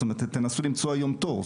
זאת אומרת, תנסו למצוא היום תור.